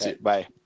Bye